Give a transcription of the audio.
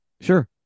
sure